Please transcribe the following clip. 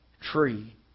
tree